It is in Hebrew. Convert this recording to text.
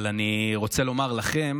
אבל אני רוצה לומר לכם,